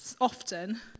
often